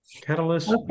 catalyst